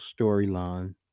storyline